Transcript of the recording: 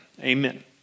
Amen